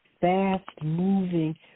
fast-moving